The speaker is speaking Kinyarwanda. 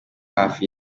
hafi